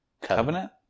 Covenant